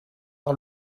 par